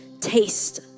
taste